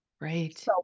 Right